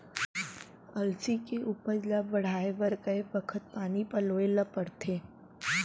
अलसी के उपज ला बढ़ए बर कय बखत पानी पलोय ल पड़थे?